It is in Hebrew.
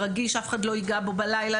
רגיש אף אחד לא ייגע בו בלילה,